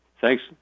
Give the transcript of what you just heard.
Thanks